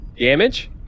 Damage